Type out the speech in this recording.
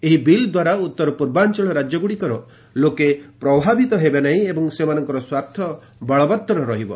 ଏହି ବିଲ୍ ଦ୍ୱାରା ଉତ୍ତର ପୂର୍ବାଞ୍ଚଳ ରାଜ୍ୟଗୁଡ଼ିକର ଲୋକେ ପ୍ରଭାବିତ ହେବେ ନାହିଁ ଏବଂ ସେମାନଙ୍କର ସ୍ୱାର୍ଥ ବଳବତ୍ତର ରହିବ